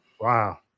wow